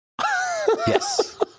Yes